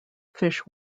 fish